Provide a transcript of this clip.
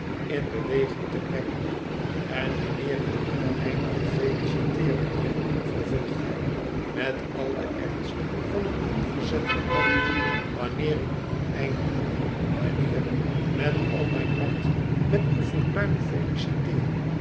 in beweging te brengen en wanneer ik u eindelijk feliciteer mijnheer vervolgt hij met al den ernst van een onverzettelijk man wanneer ik u eindelijk mijnheer met al mijn hart met uw fortuin feliciteer